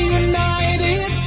united